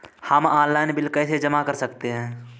हम online bill कैसे जमा कर सकते हैं?